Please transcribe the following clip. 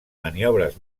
maniobres